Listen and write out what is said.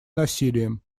насилием